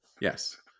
Yes